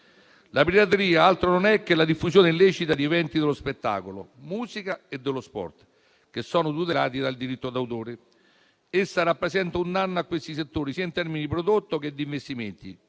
La pirateria altro non è che la diffusione illecita di eventi dello spettacolo, musica e sport, tutelati dal diritto d'autore. Essa rappresenta un danno a questi settori sia in termini di prodotto che di investimenti